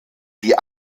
die